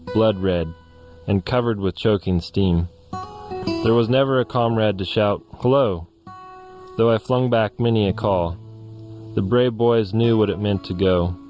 blood red and covered with choking steam there was never a comrade to shout hello though i flung back many a call the brave boys knew what it meant to go.